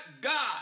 God